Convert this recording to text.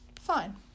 Fine